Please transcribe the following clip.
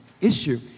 issue